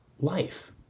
life